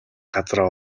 газраа